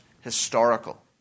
historical